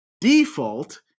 Default